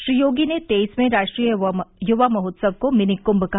श्री योगी ने तेईसवें राष्ट्रीय युवा महोत्सव को मिनी कुंभ कहा